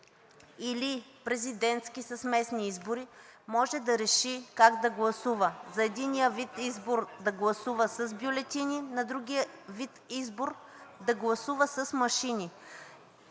или президентски с местни избори, може да реши как да гласува – на единия вид избор да гласува с бюлетина, на другия вид избор да гласува с машина.